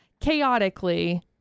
Chaotically